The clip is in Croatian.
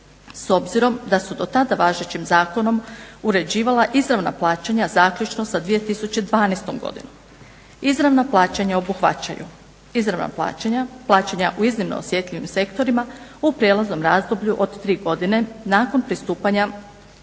s obzirom da su tada važećim zakonom uređivala izravna plaćanja zaključno sa 2012. godinom. Izravna plaćanja obuhvaćaju: izravna plaćanja, plaćanja u iznimno osjetljivim sektorima u prijelaznom razdoblju od tri godine nakon pristupanja